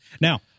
Now